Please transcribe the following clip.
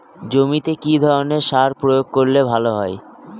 জমিতে কি ধরনের সার প্রয়োগ করলে ভালো হয়?